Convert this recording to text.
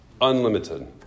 unlimited